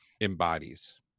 embodies